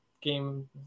game